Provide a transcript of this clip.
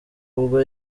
ubwo